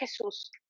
Jesus